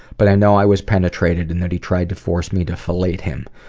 but i know i was penetrated, and he tried to force me to fellate him.